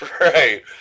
Right